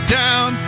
down